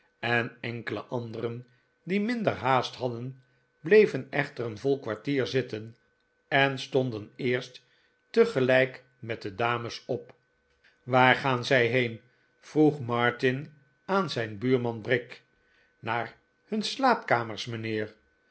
blijvend enkele anderen die minder haast hadden bleven echter een vol kwartier zitten en stonden eerst tegelijk met de dames op r waar gaan zij heen vroeg martin aan zijn buurman brick r naar hun slaapkarriers